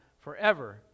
forever